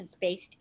based